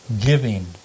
Giving